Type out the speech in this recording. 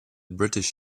british